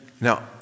now